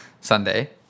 Sunday